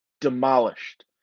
demolished